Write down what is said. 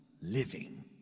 living